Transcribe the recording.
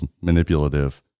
manipulative